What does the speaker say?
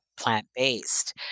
plant-based